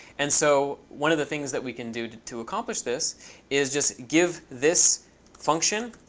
and so one of the things that we can do to to accomplish this is just give this function,